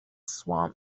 swamps